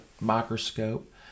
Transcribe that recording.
microscope